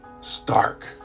Stark